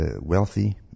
wealthy